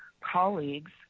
colleagues